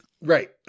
Right